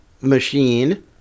machine